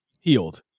healed